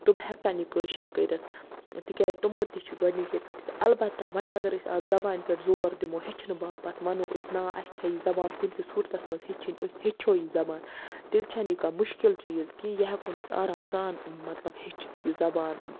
تِم ہیٚکَن یہِ کٲشٕر کٔرِتھ تکیاز تمو تہِ چھِ گۄڈنِکے پیٹھ اَلبَتہ وۄنۍ اَگَر أسۍ اتھ زَبانہِ پیٹھ زور دِمو ہیٚچھنہٕ باپَتھ وَنو أسۍ نا اَسہِ چھِ یہِ زَبان کُنہِ تہِ صورتَس مَنٛز ہیٚچھِنۍ أسۍ ہیٚچھو یہِ زَبان تیٚلہِ چھَنہٕ یہِ کانٛہہ مُشکِل چیٖز کِہیٖنۍ یہِ ہیٚکون أسۍ آرام مَطلَب ہیٚچھِتھ یہِ زَبان